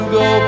go